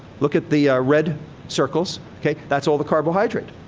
look at the red circles. ok? that's all the carbohydrate.